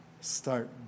start